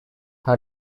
her